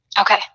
okay